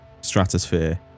stratosphere